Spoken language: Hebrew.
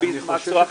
המדויק.